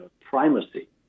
primacy